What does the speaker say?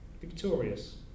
Victorious